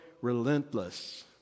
relentless